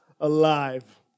alive